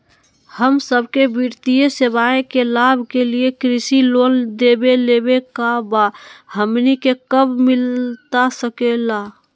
हम सबके वित्तीय सेवाएं के लाभ के लिए कृषि लोन देवे लेवे का बा, हमनी के कब मिलता सके ला?